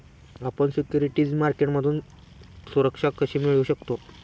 आपण सिक्युरिटीज मार्केटमधून सुरक्षा कशी मिळवू शकता?